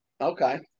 Okay